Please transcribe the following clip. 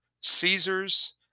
Caesars